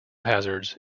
hazards